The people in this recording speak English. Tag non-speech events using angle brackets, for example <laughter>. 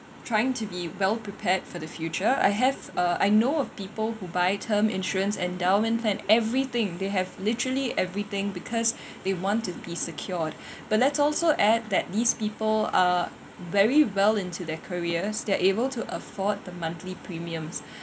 trying to be well prepared for the future I have uh I know of people who buy term insurance endowment plan everything they have literally everything because <breath> they want to be secured <breath> but let's also add that these people are very well into their careers they're able to afford the monthly premiums